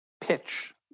pitch